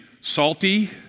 salty